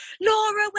Laura